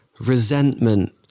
resentment